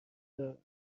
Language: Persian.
دارم